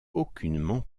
aucunement